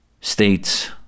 states